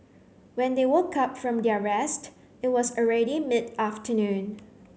when they woke up from their rest it was already mid afternoon